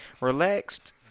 Relaxed